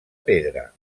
pedra